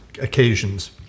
occasions